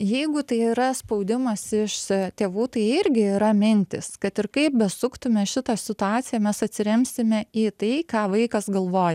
jeigu tai yra spaudimas iš tėvų tai irgi yra mintys kad ir kaip besuktume šitą situaciją mes atsiremsime į tai ką vaikas galvoja